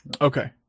Okay